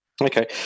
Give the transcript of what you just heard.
Okay